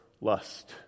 lust